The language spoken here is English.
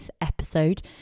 episode